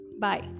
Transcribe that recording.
Bye